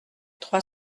trois